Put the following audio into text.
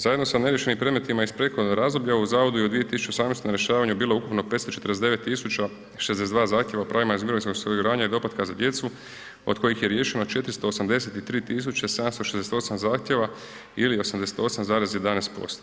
Zajedno sa neriješenim predmetima iz prethodnog razdoblja u zavodu je u 2018. na rješavanju bilo ukupno 549.062 zahtjeva o pravima iz mirovinskog osiguranja i doplatka za djecu od kojih je riješeno 483.768 zahtjeva ili 88,11%